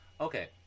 okay